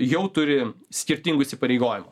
jau turi skirtingų įsipareigojimų